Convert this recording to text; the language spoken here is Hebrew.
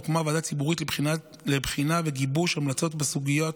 הוקמה ועדה ציבורית לבחינה וגיבוש של המלצות בסוגיות